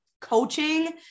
coaching